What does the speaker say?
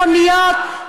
מכוניות,